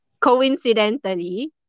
Coincidentally